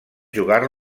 jugar